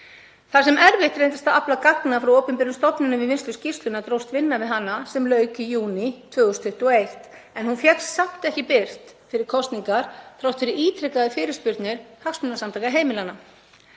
Þar sem erfitt reyndist að afla gagna frá opinberum stofnunum við vinnslu skýrslunnar dróst vinna við hana, sem lauk í júní 2021, en hún fékkst samt ekki birt fyrir kosningar þrátt fyrir ítrekaðar fyrirspurnir Hagsmunasamtaka heimilanna.